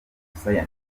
umusaya